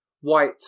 White